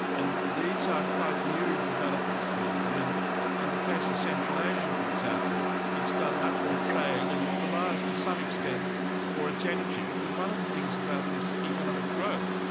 and these are quite new developments really. i mean in the case of central asia for example, it's done much more trade, and it relies to some extent for its energy, because one of the things about this ah economic growth,